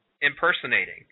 impersonating